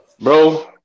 Bro